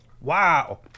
Wow